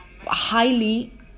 highly